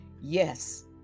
yes